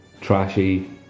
trashy